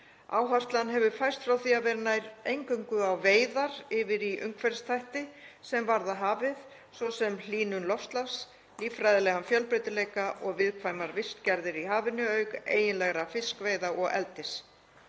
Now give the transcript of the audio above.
Áherslan hefur færst frá því að vera nær eingöngu á veiðar yfir í umhverfisþætti sem varða hafið, svo sem hlýnun loftslags, líffræðilegan fjölbreytileika og viðkvæmar vistgerðir í hafinu auk eiginlegra fiskveiða og eldis.